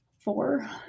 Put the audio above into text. four